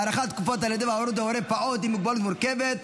הארכת תקופת הלידה וההורות להורה פעוט עם מוגבלות מורכבת),